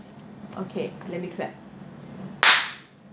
okay let me clap